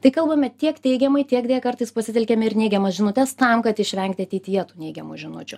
tai kalbame tiek teigiamai tiek deja kartais pasitelkiame ir neigiamas žinutes tam kad išvengti ateityje tų neigiamų žinučių